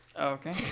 Okay